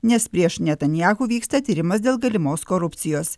nes prieš netanyahu vyksta tyrimas dėl galimos korupcijos